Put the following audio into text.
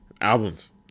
albums